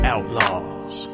Outlaws